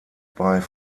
bei